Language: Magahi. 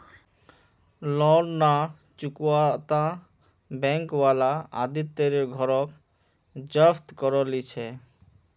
लोन ना चुकावाता बैंक वाला आदित्य तेरे घर रोक जब्त करो ली छे